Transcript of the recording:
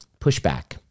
pushback